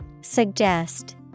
Suggest